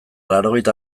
laurogeita